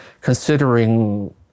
considering